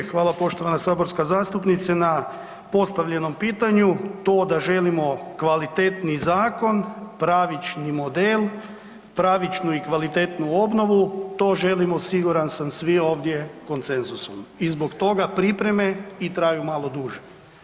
Hvala poštovana saborska zastupnice na postavljenom pitanju, to da želimo kvalitetniji zakon, pravični model, pravičnu i kvalitetnu obnovu, to želimo siguran sam svi ovdje konsenzusom i zbog toga pripreme i traju malo duže.